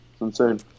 insane